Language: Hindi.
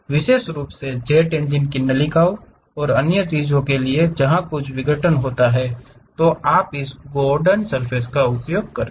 विशेष रूप से जेट इंजन नलिकाओं और अन्य चीजों के लिए जहां कुछ विघटन होता है तो आप इस गॉर्डन सर्फ़ेस का उपयोग करते हैं